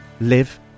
live